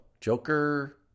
Joker